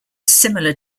similar